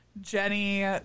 Jenny